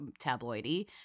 tabloidy